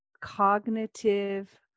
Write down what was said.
cognitive